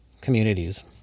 communities